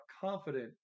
confident